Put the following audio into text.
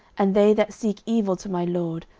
and they that seek evil to my lord,